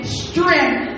strength